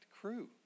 Crew